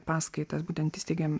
paskaitas būtent įsteigėm